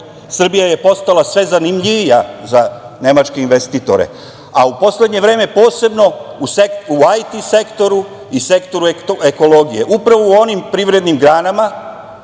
Srbija je postala sve zanimljivija za nemačke investitore, a u poslednje vreme posebno u IT sektoru i sektoru ekologije, upravo u onim privrednim granama